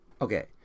Okay